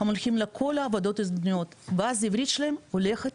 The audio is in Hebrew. הם הולכים לכל העבודות המזדמנות ואז העברית שלהם הולכת